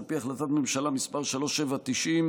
על פי החלטת ממשלה מס' 3790,